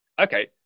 okay